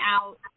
out